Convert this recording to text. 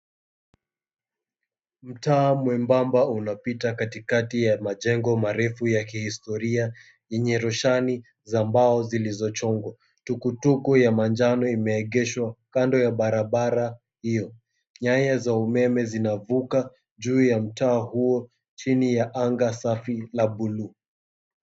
Mtaa mwembamba unapita katikati ya majengo marefu ya kihistoria yenye roshani za mbao zilizochongwa. Tukutuku ya manjano imeegeshwa kando ya barabara hiyo, nyaya za umeme zinavuka juu ya mtaa huo chini ya anga safi la buluu.